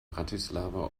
bratislava